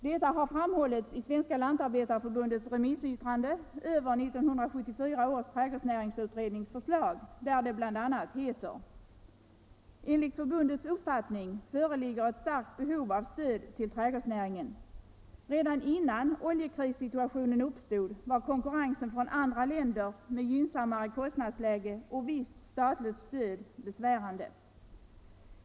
Detta har framhållits i Svenska lantarbetareförbundets remissyttrande över 1974 års trädgårdsnäringsutrednings förslag. Det heter bl.a. i detta remissyttrande: ”Enligt förbundets uppfattning föreligger ett starkt behov av stöd till trädgårdsnäringen. Redan innan oljekrissituationen uppstod, var konkurrensen från andra länder med gynnsammare kostnadsläge och visst statligt stöd besvärande.